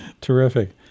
Terrific